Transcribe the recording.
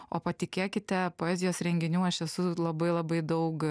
o patikėkite poezijos renginių aš esu labai labai daug